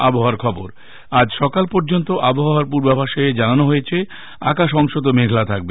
আবহাওয়া আজ সকাল পর্যন্ত আবহাওয়ার পূর্বাভাসে জানানো হয়েছে আকাশ অংশত মেঘলা থাকবে